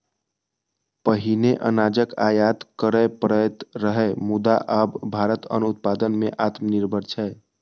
पहिने अनाजक आयात करय पड़ैत रहै, मुदा आब भारत अन्न उत्पादन मे आत्मनिर्भर छै